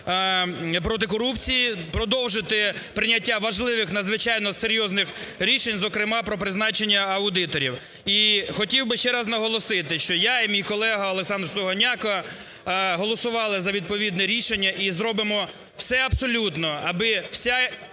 проти корупції, продовжити прийняття важливих, надзвичайно серйозних рішень, зокрема про призначення аудиторів. І хотів би ще раз наголосити, що я і мій колега Олександр Сугоняко голосували за відповідне рішення і зробимо все абсолютно, аби вся